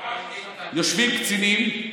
יושבים קצינים,